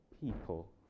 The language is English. people